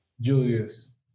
Julius